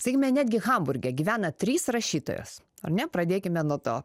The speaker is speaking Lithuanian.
sakykime netgi hamburge gyvena trys rašytojos ar ne pradėkime nuo to